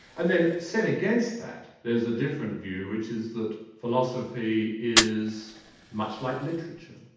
and then set against that there's a different view, which is that philosophy is much like literature,